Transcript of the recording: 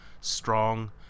strong